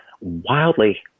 wildly